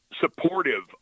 supportive